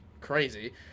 crazy